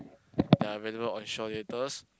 that are available on Shaw-Theatres